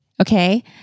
Okay